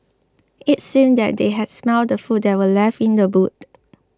it seemed that they had smelt the food that were left in the boot